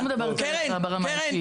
אבל אני לא מדברת עליך ברמה האישית.